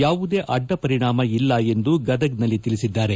ಯಾವುದೇ ಅಡ್ಡ ಪರಿಣಾಮ ಇಲ್ಲ ಎಂದು ಗದಗದಲ್ಲಿ ತಿಳಿಸಿದ್ದಾರೆ